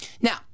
Now